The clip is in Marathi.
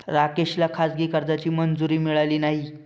राकेशला खाजगी कर्जाची मंजुरी मिळाली नाही